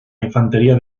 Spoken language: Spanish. infantería